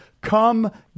Come